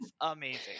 amazing